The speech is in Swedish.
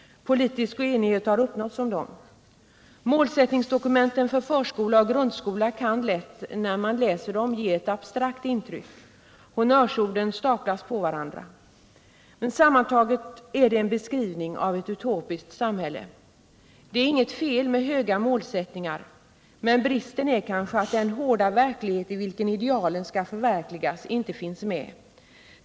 Politisk enighet har uppnåtts om dem. Målsättningsdokumenten för förskola och grundskola kan lätt, när man läser dem, ge ett abstrakt intryck. Honnörsorden staplas på varandra. Sammantaget är det en beskrivning av ett utopiskt samhälle. Det är inget fel med höga målsättningar, men bristen är kanske att den hårda verklighet i vilken idealen skall förverkligas inte finns med.